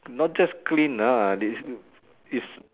not just clean lah they still is